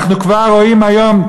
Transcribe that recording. אנחנו כבר רואים היום,